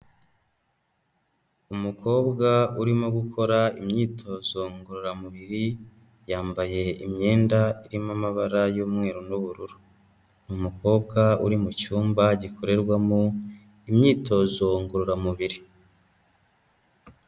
Umukobwa urimo gukora imyitozo ngororamubiri, yambaye imyenda irimo amabara y'umweru n'ubururu. Umukobwa uri mu cyumba gikorerwamo imyitozo ngororamubiri.